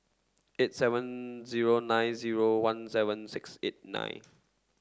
eight seven zero nine zero one seven six eight nine